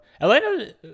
Atlanta